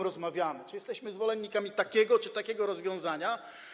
Rozmawiamy o tym, czy jesteśmy zwolennikami takiego czy takiego rozwiązania.